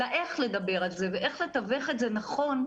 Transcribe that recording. אלא איך לדבר על זה ואיך לתווך את זה נכון,